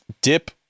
dip